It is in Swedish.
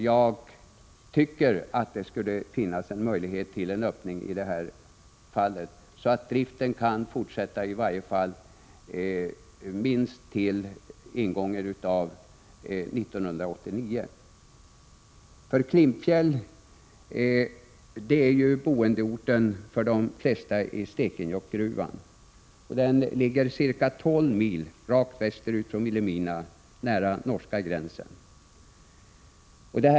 Det borde enligt min mening finnas en möjlighet till en öppning så att driften kan fortsätta åtminstone till ingången av 1989. Det handlar om människorna i Klimpfjäll, som är boendeorten för de flesta i Stekenjokkgruvan. Klimpfjäll ligger ca 12 mil rakt västerut från Vilhelmina, nära norska gränsen.